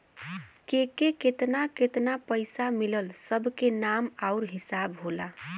केके केतना केतना पइसा मिलल सब के नाम आउर हिसाब होला